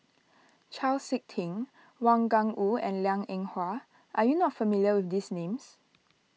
Chau Sik Ting Wang Gungwu and Liang Eng Hwa are you not familiar with these names